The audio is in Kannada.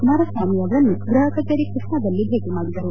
ಕುಮಾರಸ್ವಾಮಿಯವರನ್ನು ಗೃಹ ಕಚೇರಿ ಕೃಷ್ಣದಲ್ಲಿ ಭೇಟ ಮಾಡಿದರು